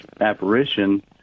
apparition